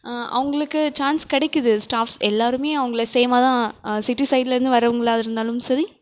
அவங்களுக்கு சான்ஸ் கிடைக்குது ஸ்டாஃப்ஸ் எல்லோருமே அவங்கள சேமாக தான் சிட்டி சைடில் இருந்து வரவங்களாக இருந்தாலும் சரி